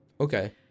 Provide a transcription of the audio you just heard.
Okay